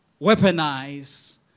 weaponize